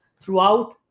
throughout